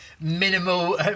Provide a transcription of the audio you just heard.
minimal